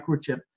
microchip